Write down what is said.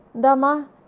dama